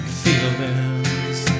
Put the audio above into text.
feelings